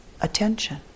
attention